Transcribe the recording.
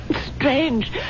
strange